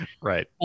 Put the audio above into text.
Right